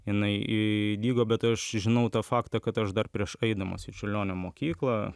jinai įdygo bet aš žinau tą faktą kad aš dar prieš eidamas į čiurlionio mokyklą